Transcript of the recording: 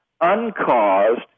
uncaused